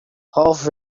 half